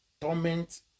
torment